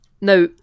Now